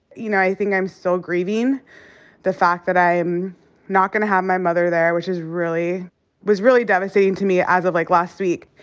you know, i think i'm still grieving the fact that i'm not gonna have my mother there, which was really was really devastating to me as of, like, last week.